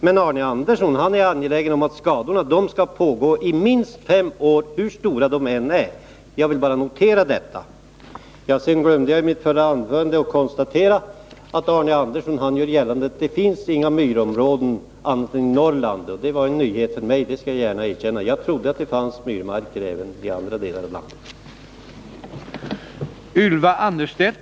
Men Arne Andersson är angelägen om att skadorna skall få göras i minst fem år, hur stora de än är. Jag vill bara notera detta. Jag glömde i mitt förra anförande att konstatera att Arne Andersson gör gällande att det inte finns några myrområden annat än i Norrland. Det var en nyhet för mig — det skall jag gärna erkänna. Jag trodde att det fanns myrmarker även i andra delar av landet.